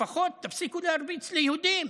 לפחות תפסיקו להרביץ ליהודים.